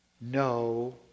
no